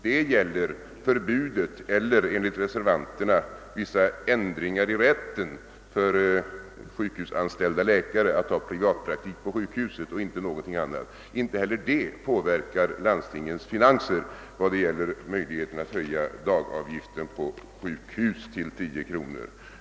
Den avser förbudet för eller — enligt reservanterna — vissa ändringar i rätten för sjukhusanställda läkare att ha privat praktik på sjukhuset och inte någonting annat. Inte heller detta påverkar landstingens finanser vad gäller möjligheten att höja dagavgiften på sjukhus till 10 kronor.